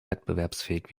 wettbewerbsfähig